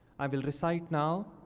i will recite now,